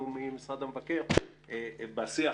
בשיח